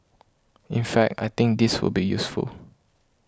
in fact I think this will be useful